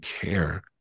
care